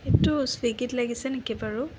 এইটো চুইগিত লাগিছে নেকি বাৰু